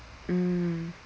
mm